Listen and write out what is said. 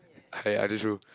I I just rule